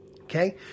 Okay